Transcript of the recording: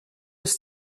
ist